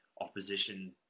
opposition